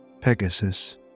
Pegasus